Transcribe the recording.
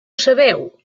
sabeu